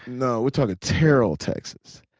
you know we're talking terrell, texas.